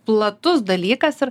platus dalykas ir